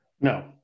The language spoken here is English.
No